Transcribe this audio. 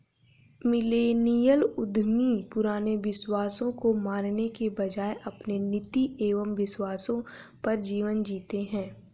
millennial उद्यमी पुराने विश्वासों को मानने के बजाय अपने नीति एंव विश्वासों पर जीवन जीते हैं